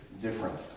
different